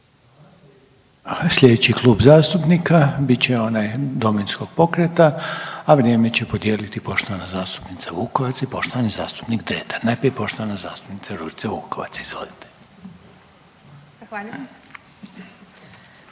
Slijedeći klub zastupnika bit će onaj Domovinskog pokreta, a vrijeme će podijeliti poštovana zastupnica Vukovac i poštovani zastupnik Dretar. Najprije poštovana zastupnica Ružica Vukovac, izvolite.